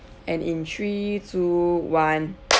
and in three two one